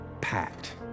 packed